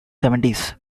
seventies